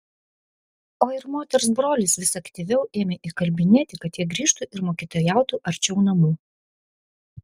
o ir moters brolis vis aktyviau ėmė įkalbinėti kad jie grįžtų ir mokytojautų arčiau namų